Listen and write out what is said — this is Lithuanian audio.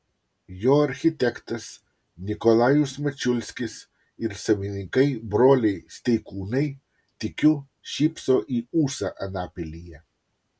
jo architektas nikolajus mačiulskis ir savininkai broliai steikūnai tikiu šypso į ūsą anapilyje